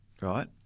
right